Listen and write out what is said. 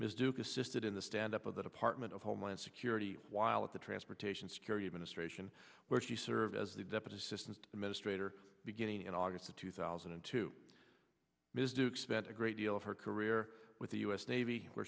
ms duke assisted in the stand up of the department of homeland security while at the transportation security administration where she served as the deficit systems administrator beginning in august of two thousand and two ms duke spent a great deal of her career with the u s navy where